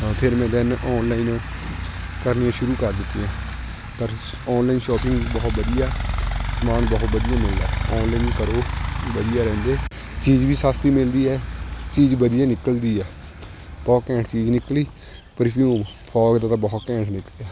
ਅ ਫਿਰ ਮੈਂ then online ਕਰਨੀਆਂ ਸ਼ੁਰੂ ਕਰ ਦਿੱਤੀਆਂ ਪਰ ਸ ਔਨਲਾਈਨ ਸ਼ੋਪਿੰਗ ਬਹੁਤ ਵਧੀਆ ਸਮਾਨ ਬਹੁਤ ਵਧੀਆ ਮਿਲਦਾ ਔਨਲਾਈਨ ਕਰੋ ਵਧੀਆ ਰਹਿੰਦੇ ਚੀਜ਼ ਵੀ ਸਸਤੀ ਮਿਲਦੀ ਹੈ ਚੀਜ਼ ਵਧੀਆ ਨਿਕਲਦੀ ਹੈ ਬਹੁਤ ਘੈਂਟ ਚੀਜ਼ ਨਿਕਲੀ ਪਰਫਿਊਮ ਫੋਗ ਦਾ ਤਾਂ ਬਹੁਤ ਘੈਂਟ ਨਿਕਲਿਆ